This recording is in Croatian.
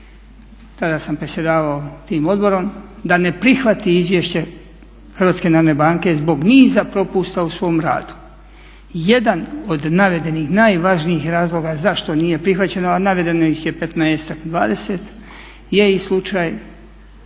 tada sam predsjedavao tim odborom, da ne prihvati izvješće HNB-a zbog niza propusta u svom radu. Jedan od navedenih najvažnijih razloga zašto nije prihvaćeno, a navedeno ih je 15-ak, 20 je i slučaj